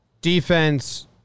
Defense